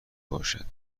باشد